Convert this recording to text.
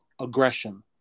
aggression